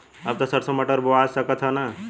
अब त सरसो मटर बोआय सकत ह न?